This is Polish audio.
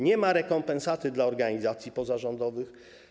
Nie ma rekompensaty dla organizacji pozarządowych.